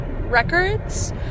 records